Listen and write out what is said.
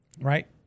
right